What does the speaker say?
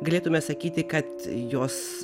galėtume sakyti kad jos